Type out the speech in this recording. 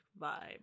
vibe